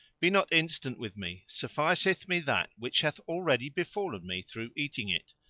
be not instant with me sufficeth me that which hath already befallen me through eating it,